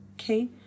okay